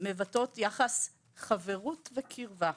מבטאות יחס חברות וקירבה.